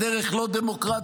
בדרך לא דמוקרטית,